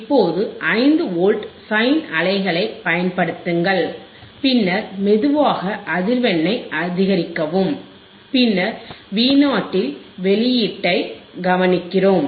இப்போது 5 volt sine அலைகளைப் பயன்படுத்துங்கள் பின்னர் மெதுவாக அதிர்வெண்ணை அதிகரிக்கவும் பின்னர் Vo இல் வெளியீட்டைக் கவனிக்கிறோம்